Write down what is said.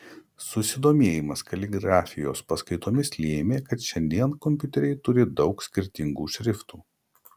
susidomėjimas kaligrafijos paskaitomis lėmė kad šiandien kompiuteriai turi daug skirtingų šriftų